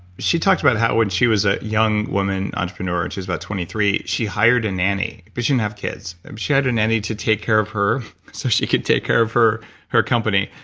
she talked about how when she was a young woman entrepreneur and she was about twenty three, she hired a nanny but she didn't have kids um she had a nanny to take care of her so she could take care of her her company,